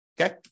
okay